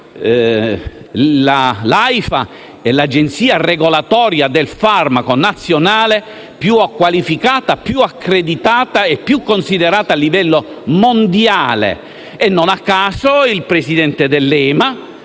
l'AIFA è l'agenzia regolatoria del farmaco nazionale più qualificata, più accreditata e più considerata a livello mondiale e non a caso il presidente dell'EMA